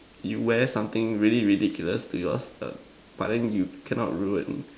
you wear something really ridiculous to yours err but then you cannot ruined